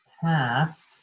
past